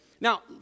Now